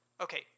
Okay